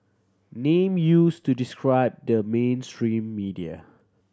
name used to describe the mainstream media